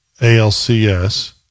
ALCS